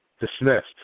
dismissed